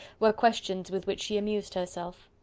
were questions with which she amused herself.